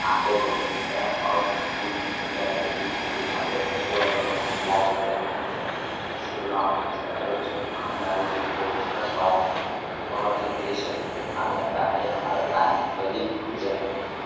आटे को भूनते है और गुड में पानी डालके गुड़ को पिघलाते हैं उसके बाद दोनों को मिला देते हैं इससे गुर्राम अगर उसमें आम डाल दिए तो उसका स्वाद बहुत ही टेस्ट आ जाता है ये हमारा पारंपरिक भोजन है